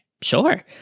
sure